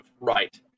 right